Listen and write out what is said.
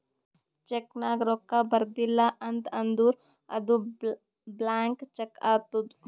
check ನಾಗ್ ರೊಕ್ಕಾ ಬರ್ದಿಲ ಅಂತ್ ಅಂದುರ್ ಅದು ಬ್ಲ್ಯಾಂಕ್ ಚೆಕ್ ಆತ್ತುದ್